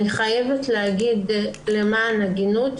אני חייבת להגיד למען ההגינות,